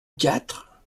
quatre